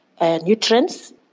nutrients